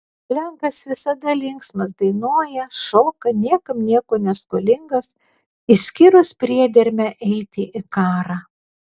lenkas visada linksmas dainuoja šoka niekam nieko neskolingas išskyrus priedermę eiti į karą